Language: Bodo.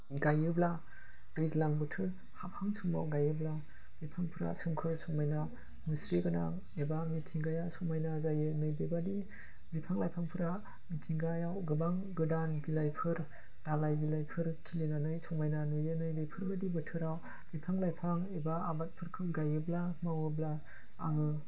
गायोब्ला दैज्लां बोथोर हाबहां समाव गायोब्ला बिफांफोरा सोमखोर समायना मुस्रि गोनां एबा मिथिंगाया समायना जायो नैबे बायदि बिफां लाइफांफोरा मिथिंगायाव गोबां गोदान बिलाइफोर दालाइ बिलाइफोर खिलिनानै समायना नुयो नै बेफोरबायदि बोथोराव बिफां लाइफां एबा आबादफोरखौ गायोब्ला मावोब्ला आङो